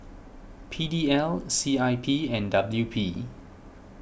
P D L C I P and W P